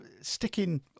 sticking